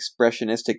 expressionistic